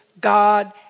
God